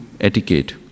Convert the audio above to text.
etiquette